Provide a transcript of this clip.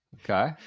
Okay